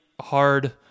hard